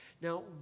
Now